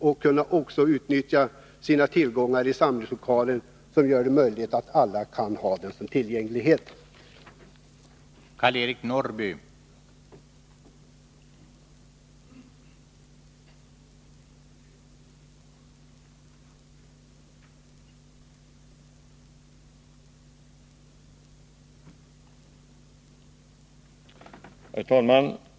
Dessa möjligheter befrämjas av att deras bestånd av samlingslokaler kan få ökad tillgänglighet för alla.